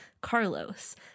Carlos